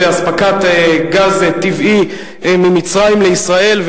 והיא: אספקת גז טבעי ממצרים לישראל.